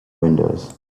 windows